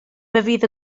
fydd